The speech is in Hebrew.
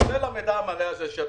כולל המידע המלא הזה,